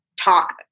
Talk